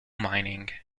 mining